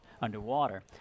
underwater